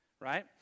right